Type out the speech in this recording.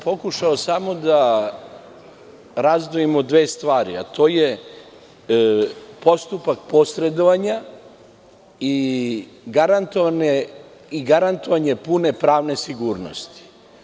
Pokušao sam samo da razdvojimo dve stvari, a to je postupak posredovanja i garantovanje pune pravne sigurnosti.